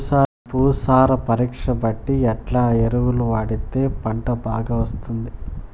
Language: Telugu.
భూసార పరీక్ష బట్టి ఎట్లా ఎరువులు వాడితే పంట బాగా వస్తుంది?